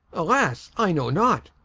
alas i know not,